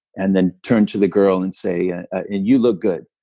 and then turn to the girl and say, and you look good.